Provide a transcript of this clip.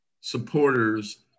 supporters